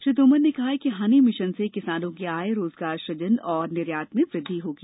श्री तोमर ने कहा कि हनी मिशन से किसानों की आय रोजगार सूजन और निर्यात में वृद्धि होगी